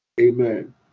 amen